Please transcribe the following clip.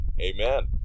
amen